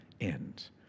end